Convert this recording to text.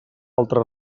altre